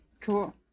Cool